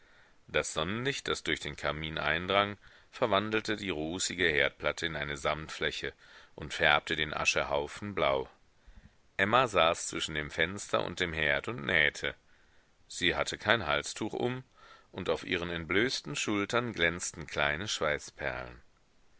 das sonnenlicht das durch den kamin eindrang verwandelte die rußige herdplatte in eine samtfläche und färbte den aschehaufen blau emma saß zwischen dem fenster und dem herd und nähte sie hatte kein halstuch um und auf ihren entblößten schultern glänzten kleine schweißperlen